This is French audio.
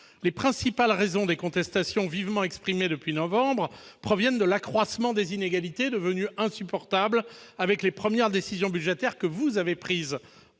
Les principales raisons des contestations qui s'expriment vivement depuis novembre proviennent de l'accroissement des inégalités, devenues insupportables après les premières décisions budgétaires que vous avez prises